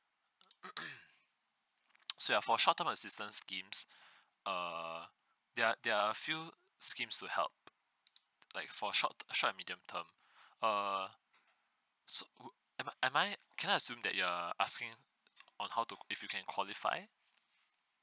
so ya for short term assistant schemes err there are there are a few schemes to help like for short short and medium term err so wh~ am I am I can I assume that you are asking on how to if you can qualify